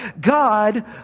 God